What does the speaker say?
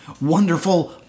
wonderful